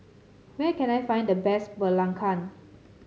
where can I find the best Belacan